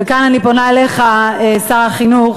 וכאן אני פונה אליך, שר החינוך.